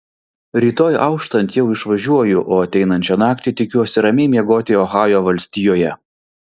rytoj auštant jau išvažiuoju o ateinančią naktį tikiuosi ramiai miegoti ohajo valstijoje